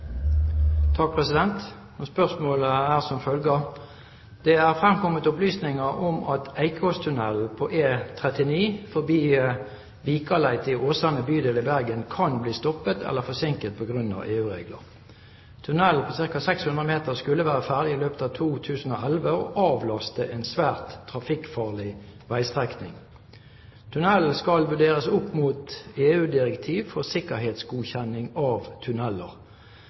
fremkommet opplysninger om at Eikåstunnelen på E39 forbi Vikaleitet i Åsane bydel i Bergen kan bli stoppet eller forsinket på grunn av EU-regler. Tunnelen på 600 meter skulle vært ferdig i løpet av 2011 og avlastet en svært trafikkfarlig veistrekning. Tunnelen skal vurderes opp mot EU-direktiv for sikkerhetsgodkjenning av